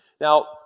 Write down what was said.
Now